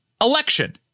election